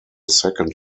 second